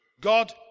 God